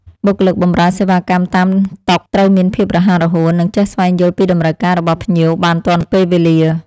បុគ្គលិកបម្រើសេវាកម្មតាមតុត្រូវមានភាពរហ័សរហួន និងចេះស្វែងយល់ពីតម្រូវការរបស់ភ្ញៀវបានទាន់ពេលវេលា។